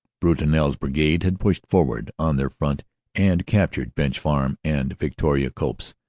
brutinel's brigade had pushed forward on their front and captured bench farm and victoria copse,